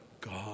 God